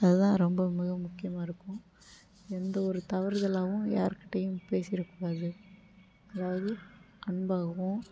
அதுதான் ரொம்ப மிக முக்கியமாக இருக்கும் எந்த ஒரு தவறுதலாகவும் யார்கிட்டேயும் பேசிவிடக் கூடாது அதாவது அன்பாகவும்